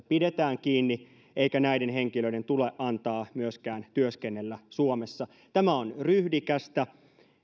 pidetään kiinni eikä näiden henkilöiden tule antaa myöskään työskennellä suomessa tämä on ryhdikästä